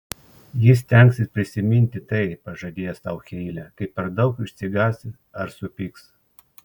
ji stengsis prisiminti tai pažadėjo sau heilė kai per daug išsigąs ar supyks